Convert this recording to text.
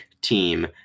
team